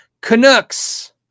Canucks